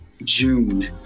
June